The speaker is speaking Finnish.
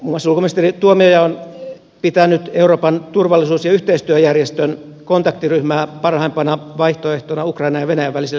muun muassa ulkoministeri tuomioja on pitänyt euroopan turvallisuus ja yhteistyöjärjestön kontaktiryhmää parhaimpana vaihtoehtona ukrainan ja venäjän välisille neuvotteluille